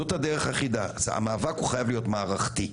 זאת הדרך היחידה, המאבק הוא חייב להיות מערכתי,